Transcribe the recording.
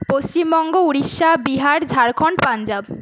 Paschimbanga Orissa Bihar Jharkhand Punjab